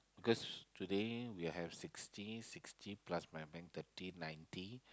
because today we have sixty sixty plus my bank thirty ninety